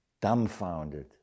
Dumbfounded